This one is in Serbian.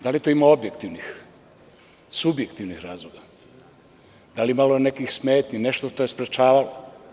Da li tu ima objektivnih, subjektivnih razloga, nekih smetnji, nečega što je sprečavalo?